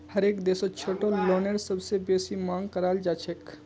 हरेक देशत छोटो लोनेर सबसे बेसी मांग कराल जाछेक